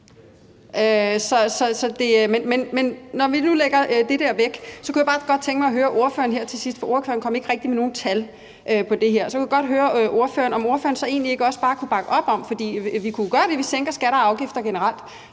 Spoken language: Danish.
Men når vi nu lægger det der væk, kunne jeg faktisk godt tænke mig at høre noget fra ordføreren her til sidst, for ordføreren kom ikke rigtig med nogen tal på det her. Så vil jeg godt høre ordføreren, om ordføreren egentlig ikke også bare kunne bakke op om det, for vi kunne jo gøre det, at vi sænker skatter og afgifter generelt,